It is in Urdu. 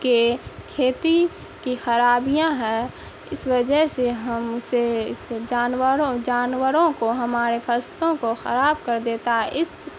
کے کھیتی کی خرابیاں ہیں اس وجہ سے ہم اسے جانوروں جانوروں کو ہمارے فصلوں کو خراب کر دیتا ہے اس